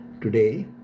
Today